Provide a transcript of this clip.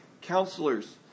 counselors